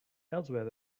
elsewhere